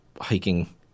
hiking